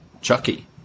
Chucky